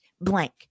Blank